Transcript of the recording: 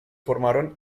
formaron